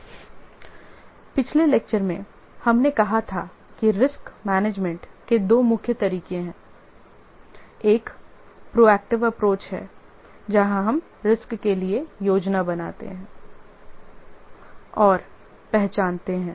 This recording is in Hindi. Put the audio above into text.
एक प्रोएक्टिव अप्रोच है जहां हम रिस्क के लिए योजना बनाते हैं और पहचानते हैं